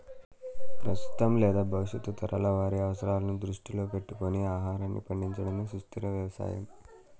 ప్రస్తుతం లేదా భవిష్యత్తు తరాల వారి అవసరాలను దృష్టిలో పెట్టుకొని ఆహారాన్ని పండించడమే సుస్థిర వ్యవసాయం